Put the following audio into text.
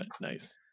Nice